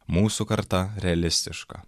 mūsų karta realistiška